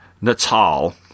Natal